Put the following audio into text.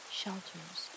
shelters